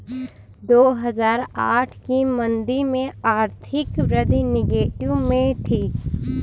दो हजार आठ की मंदी में आर्थिक वृद्धि नेगेटिव में थी